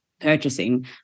purchasing